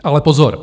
Ale pozor.